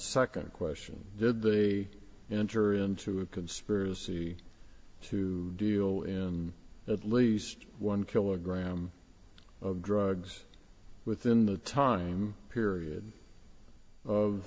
second question did they enter into a conspiracy to deal in at least one kilogram of drugs within the time period of